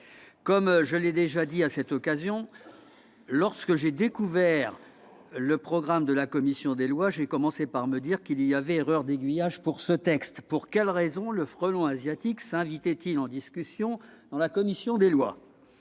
Comme je l'ai déjà dit à cette occasion, lorsque j'ai découvert le programme de la commission des lois, j'ai commencé par me dire qu'il y avait erreur d'aiguillage : pour quelle raison le frelon asiatique s'invitait-il en discussion devant la commission des lois ?